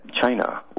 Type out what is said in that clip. China